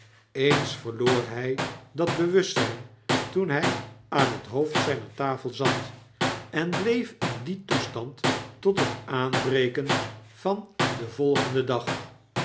eens verloor hy dat bewustzjjn toen hy aan het hoofd zjjner tafel zat en bleef in dien toestand tot het aanbreken van den digheid